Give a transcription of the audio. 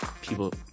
people